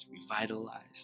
revitalized